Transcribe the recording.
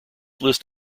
list